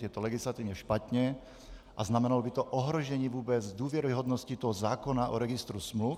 Je to legislativně špatně a znamenalo by to ohrožení vůbec důvěryhodnosti zákona o registru smluv.